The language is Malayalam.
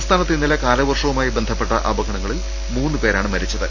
സംസ്ഥാനത്ത് ഇന്നലെ കാലവർഷവുമായി ബന്ധപ്പെട്ട അപകടങ്ങളിൽ മൂന്ന് പേരാണ് മരിച്ചത്